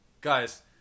Guys